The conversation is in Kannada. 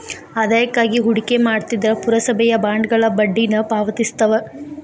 ಆದಾಯಕ್ಕಾಗಿ ಹೂಡಿಕೆ ಮಾಡ್ತಿದ್ರ ಪುರಸಭೆಯ ಬಾಂಡ್ಗಳ ಬಡ್ಡಿನ ಪಾವತಿಸ್ತವ